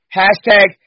hashtag